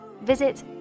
Visit